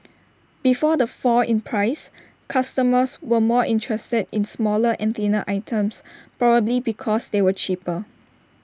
before the fall in prices customers were more interested in smaller and thinner items probably because they were cheaper